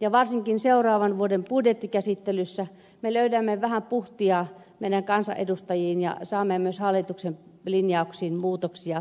ja varsinkin seuraavan vuoden budjettikäsittelyssä löytyy vähän puhtia meihin kansanedustajiin ja saamme myös hallituksen linjauksiin muutoksia parempaan suuntaan